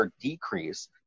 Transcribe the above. decrease